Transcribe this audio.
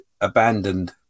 abandoned